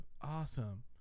Awesome